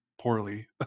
poorly